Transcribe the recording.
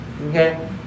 okay